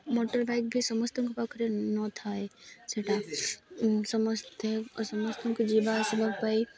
motor bike ବି ସମସ୍ତଙ୍କ ପାଖରେ ନ ଥାଏ ସେଟା ସମସ୍ତେ ସମସ୍ତଙ୍କୁ ଯିବା ଆସିବା ପାଇଁ